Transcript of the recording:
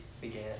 began